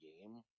game